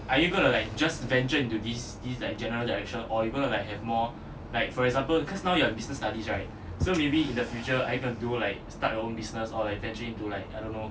are you going to like just venture into this is like general direction or even I have more like for example because now your business studies right so maybe in the future either do like start your own business all energy into like animals